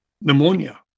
pneumonia